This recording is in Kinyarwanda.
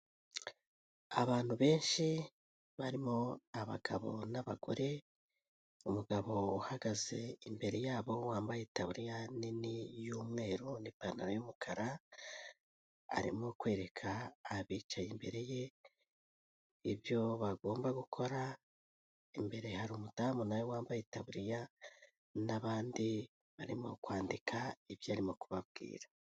Abantu benshi barimo abagabo n'abagore, umugabo uhagaze imbere yabo wambaye taburiya nini y'umweru n'ipantaro y'umukara, arimo kwereka abicaye imbere ye ibyo bagomba gukora, imbere hari umudamu nawe wambaye itaburiya, n'abandi barimo kwandika ibyo arimo kubabwira.